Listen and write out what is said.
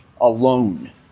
alone